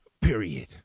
Period